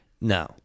No